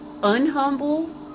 unhumble